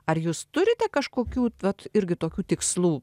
ar jūs turite kažkokių vat irgi tokių tikslų